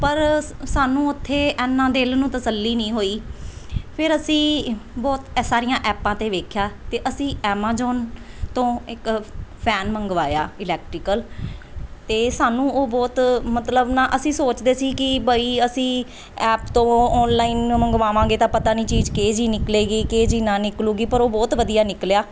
ਪਰ ਸ ਸਾਨੂੰ ਉੱਥੇ ਇੰਨਾ ਦਿਲ ਨੂੰ ਤਸੱਲੀ ਨਹੀਂ ਹੋਈ ਫਿਰ ਅਸੀਂ ਬਹੁਤ ਐ ਸਾਰੀਆਂ ਐਪਾਂ 'ਤੇ ਵੇਖਿਆ ਅਤੇ ਅਸੀਂ ਐਮਾਜੋਨ ਤੋਂ ਇੱਕ ਫੈਨ ਮੰਗਵਾਇਆ ਇਲੈਕਟਰੀਕਲ 'ਤੇ ਸਾਨੂੰ ਉਹ ਬਹੁਤ ਮਤਲਬ ਨਾ ਅਸੀਂ ਸੋਚਦੇ ਸੀ ਕਿ ਬਈ ਅਸੀਂ ਐਪ ਤੋਂ ਔਨਲਾਈਨ ਮੰਗਵਾਵਾਂਗੇ ਤਾਂ ਪਤਾ ਨਹੀਂ ਚੀਜ਼ ਕਿਹੋ ਜਿਹੀ ਨਿਕਲੇਗੀ ਕਿਹੋ ਜਿਹੀ ਨਾ ਨਿਕਲੂਗੀ ਪਰ ਉਹ ਬਹੁਤ ਵਧੀਆ ਨਿਕਲਿਆ